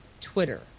Twitter